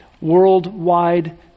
worldwide